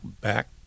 back